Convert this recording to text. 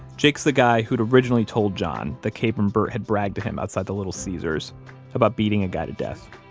jake's the guy who'd originally told john that kabrahm burt had bragged to him outside the little caesars about beating a guy to death.